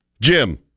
Jim